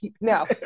no